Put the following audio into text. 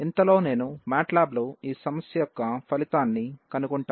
ఇంతలో నేను మ్యాట్లాబ్లో ఈ సమస్య యొక్క ఫలితాన్ని కనుగొంటాను